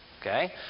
Okay